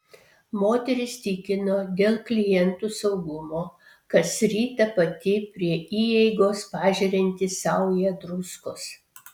moteris tikino dėl klientų saugumo kas rytą pati prie įeigos pažerianti saują druskos